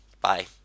Bye